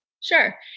Sure